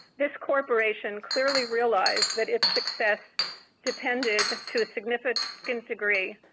this corporation clearly realize that its success depended, to a significant degree,